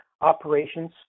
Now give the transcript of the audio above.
operations